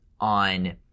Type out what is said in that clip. on